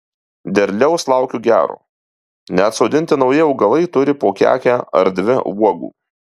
derliaus laukiu gero net sodinti nauji augalai turi po kekę ar dvi uogų